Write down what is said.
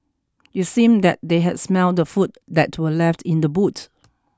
it seemed that they had smelt the food that were left in the boot